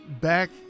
Back